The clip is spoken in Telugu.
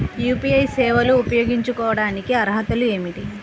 యూ.పీ.ఐ సేవలు ఉపయోగించుకోటానికి అర్హతలు ఏమిటీ?